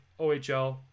OHL